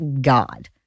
God